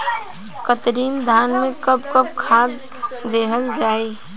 कतरनी धान में कब कब खाद दहल जाई?